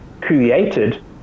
created